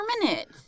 Permanent